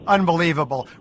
Unbelievable